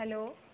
hello